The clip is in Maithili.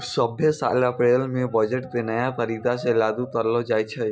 सभ्भे साल अप्रैलो मे बजट के नया तरीका से लागू करलो जाय छै